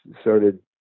started